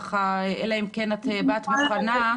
אלא אם כן באת מוכנה.